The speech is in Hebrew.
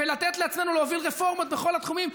ולתת לעצמנו להוביל רפורמות בכל התחומים,